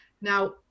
Now